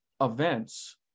events